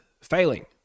failing